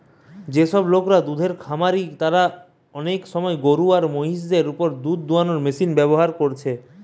যেসব লোকরা দুধের খামারি তারা অনেক সময় গরু আর মহিষ দের উপর দুধ দুয়ানার মেশিন ব্যাভার কোরছে